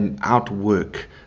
outwork